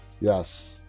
Yes